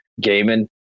gaming